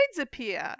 appear